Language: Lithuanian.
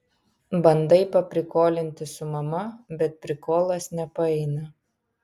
bandai paprikolinti su mama bet prikolas nepaeina